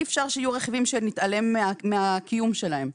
אי אפשר שיהיו רכיבים שנתעלם מהקיום שלהם.